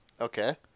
Okay